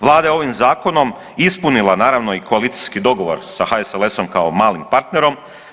Vlada je ovim zakonom ispunila naravno i koalicijski dogovor sa HSLS-om kao malim partnerom.